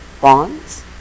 bonds